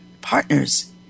partners